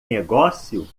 negócio